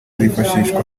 azifashishwa